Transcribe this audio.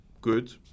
good